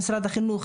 במשרד החינוך,